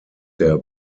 der